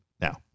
Now